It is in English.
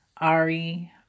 Ari